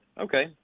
Okay